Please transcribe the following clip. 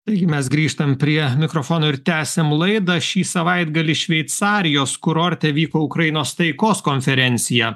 taigi mes grįžtam prie mikrofono ir tęsiam laidą šį savaitgalį šveicarijos kurorte vyko ukrainos taikos konferencija